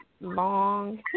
long